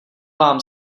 vám